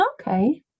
Okay